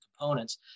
components